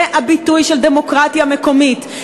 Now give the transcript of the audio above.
זה הביטוי של דמוקרטיה מקומית.